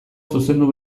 zuzendu